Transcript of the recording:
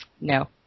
No